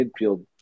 midfield